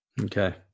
Okay